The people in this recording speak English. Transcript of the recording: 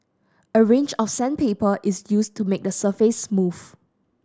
a range of sandpaper is used to make the surface smooth